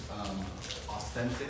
authentic